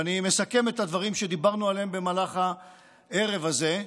ואני מסכם את הדברים שדיברנו עליהם במהלך הערב הזה.